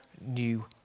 new